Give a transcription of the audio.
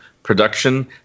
Production